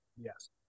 Yes